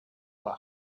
vor